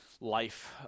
life